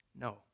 No